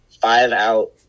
five-out